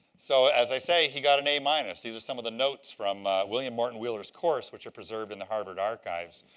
so as i say, he got an a-minus. these are some of the notes from william morton wheeler's course which are preserved in the harvard archives.